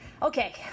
Okay